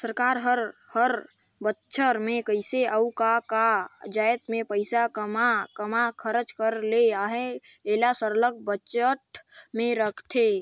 सरकार हर हर बछर में कइसे अउ का का जाएत में पइसा काम्हां काम्हां खरचा करे ले अहे एला सरलग बजट में रखथे